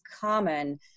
common